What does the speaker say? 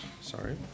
sorry